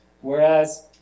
Whereas